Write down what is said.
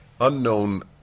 unknown